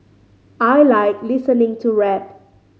I like listening to rap